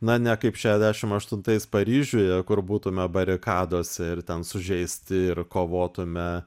na ne kaip šešiasdešim aštuntais paryžiuje kur būtume barikadose ir ten sužeisti ir kovotume